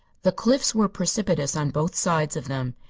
the cliffs were precipitous on both sides of them.